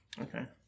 Okay